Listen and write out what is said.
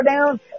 down